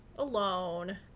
alone